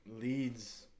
leads